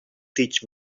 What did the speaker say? teach